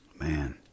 Man